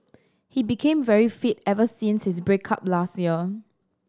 he became very fit ever since his break up last year